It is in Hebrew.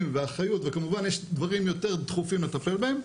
ואחריות וכמובן יש דברים יותר דחופים לטפל בהם